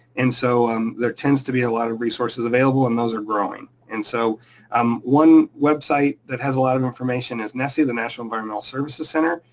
and so um there tends to be a lot of resources available, and those are growing. and so um one website that has a lot of information is nesc, the the national environmental services center.